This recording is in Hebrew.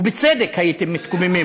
בפועל אין תקנים.